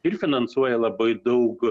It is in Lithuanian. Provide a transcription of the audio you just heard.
ir finansuoja labai daug